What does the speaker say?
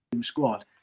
squad